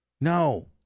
no